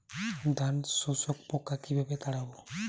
ধানে শোষক পোকা কিভাবে তাড়াব?